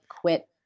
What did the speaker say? quit